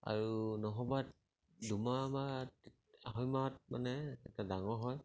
আৰু নহ'বা দুমাহ বা আঢ়ৈমাহত মানে ডাঙৰ হয়